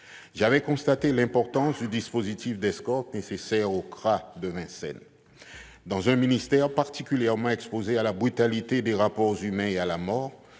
J'avais constaté l'importance du dispositif d'escorte nécessaire au centre de rétention administrative de Vincennes. Dans un ministère particulièrement exposé à la brutalité des rapports humains et à la mort,